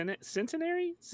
centenary